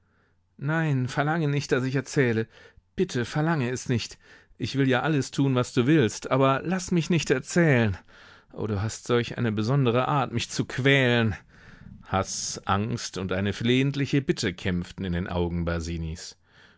nein verlange nicht daß ich erzähle bitte verlange es nicht ich will ja alles tun was du willst aber laß mich nicht erzählen o du hast solch eine besondere art mich zu quälen haß angst und eine flehentliche bitte kämpften in den augen